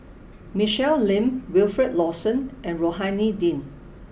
Michelle Lim Wilfed Lawson and Rohani Din